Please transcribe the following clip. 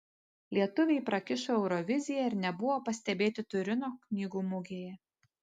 lietuviai prakišo euroviziją ir nebuvo pastebėti turino knygų mugėje